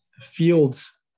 Fields